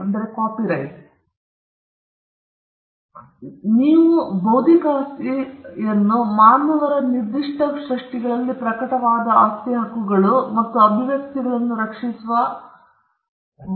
ಆದ್ದರಿಂದ ಬೌದ್ಧಿಕ ಆಸ್ತಿ ಅಥವಾ ಮಾನವರ ನಿರ್ದಿಷ್ಟ ಸೃಷ್ಟಿಗಳಲ್ಲಿ ಪ್ರಕಟವಾದ ಆಸ್ತಿಯ ಹಕ್ಕುಗಳು ಮತ್ತು ಈ ಅಭಿವ್ಯಕ್ತಿಗಳನ್ನು ರಕ್ಷಿಸುವ ಹಕ್ಕಿನ ನಡುವೆ ವ್ಯತ್ಯಾಸವಿದೆ